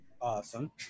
Awesome